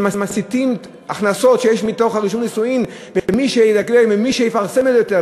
שמסיטים הכנסות שיש מרישום הנישואין למי שיפרסם יותר.